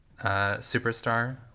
Superstar